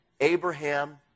Abraham